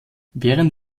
während